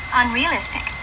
unrealistic